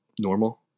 normal